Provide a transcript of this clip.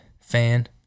fan